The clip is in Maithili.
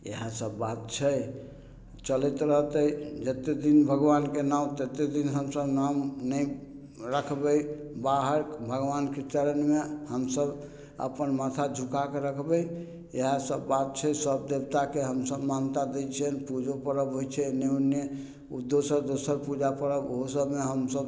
इएह सब बात छै चलैत रहतै जते दिन भगवानके नाम तते दिन हमसब नाम नहि रखबय बाहर भगवानके चरणमे हमसब अपन माथा झुकाके रखबय इएह सब बात छै सब देवताके हमसब मान्यता दै छियनि पूजो पर्व होइ छै एन्ने उन्ने दोसर दोसर पूजा पर्व उहो सबमे हमसब